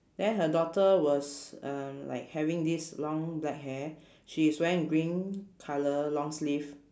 then her daughter was um like having this long black hair she is wearing green colour long sleeve